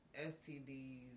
STDs